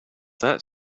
that